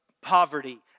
poverty